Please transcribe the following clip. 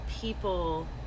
people